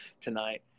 tonight